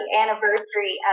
anniversary